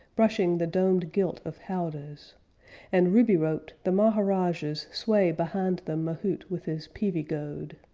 brushing the domed gilt of howdahs and ruby-roped, the maharajahs sway behind the mahout with his peavey-goad.